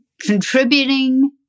contributing